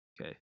Okay